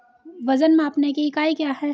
वजन मापने की इकाई क्या है?